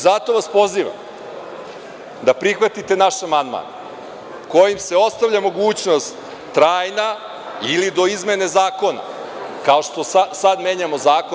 Zato vas pozivam da prihvatite naš amandman kojim se ostavlja mogućnost trajna ili do izmene zakona, kao što sada menjamo zakon.